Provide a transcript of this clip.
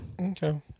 Okay